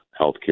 healthcare